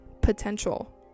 potential